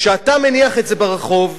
כשאתה מניח את זה ברחוב,